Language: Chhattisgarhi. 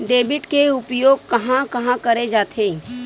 डेबिट के उपयोग कहां कहा करे जाथे?